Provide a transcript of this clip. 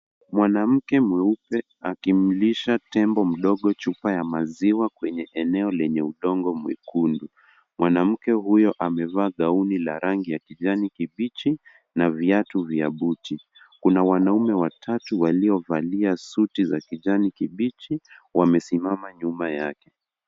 Mwanamke mweupe akimlisha tembo mdogo chupa ya maziwa kwenye eneo lenye udongo mwekundu. Mwanamke huyo amevaa gauni la rangi ya kijani kibichi na viatu ya buti. Kuna wanaume watatu waliovalia suti za kijani kibichi wamesimama nyuma yake.